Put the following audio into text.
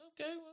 okay